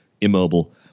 immobile